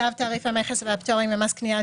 צו תעריף המכס והפטורים ומס הקניה על